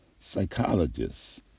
psychologists